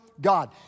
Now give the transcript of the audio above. God